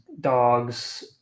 dogs